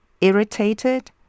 irritated